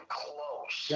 close